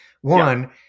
One